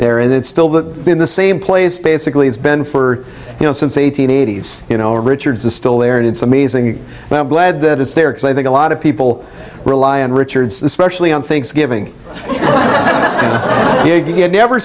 there and it's still the in the same place basically has been for you know since eight hundred eighty s you know richards is still there and it's amazing and i'm glad that it's there because i think a lot of people rely on richard's especially on thanksgiving